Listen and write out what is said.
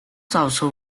早熟